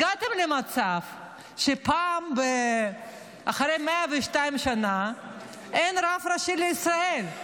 הגעתם למצב שאחרי 102 שנה אין רב ראשי לישראל.